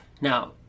now